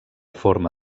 forma